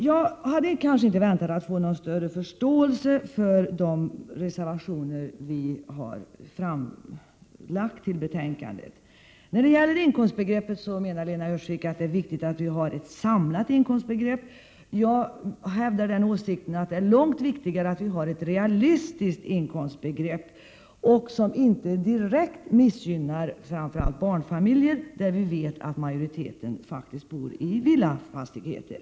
Jag hade kanske inte väntat mig någon större förståelse för de reservationer vi har fogat till betänkandet. Lena Öhrsvik menar att det är viktigt att vi har ett samlat inkomstbegrepp. Jag hävdar att det är långt viktigare att vi har ett realistiskt inkomstbegrepp, som inte direkt missgynnar framför allt barnfamiljer. Vi vet ju att majoriteten av dem faktiskt bor i villafastigheter.